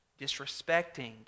disrespecting